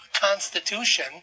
constitution